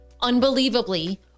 unbelievably